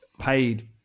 paid